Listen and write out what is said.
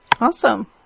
Awesome